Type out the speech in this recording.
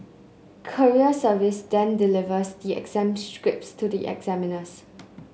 courier service then delivers the exam scripts to the examiners